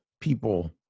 people